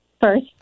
First